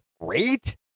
great